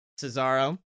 Cesaro